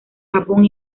japón